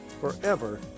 forever